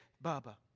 Baba